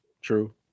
true